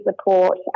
support